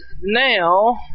Now